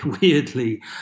weirdly